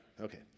Okay